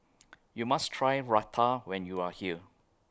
YOU must Try Raita when YOU Are here